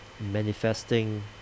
Manifesting